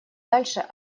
дальше